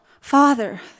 Father